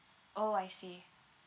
orh I see